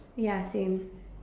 ya same